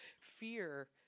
fear